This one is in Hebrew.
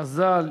חז"ל